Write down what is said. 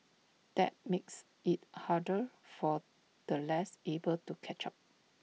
that makes IT harder for the less able to catch up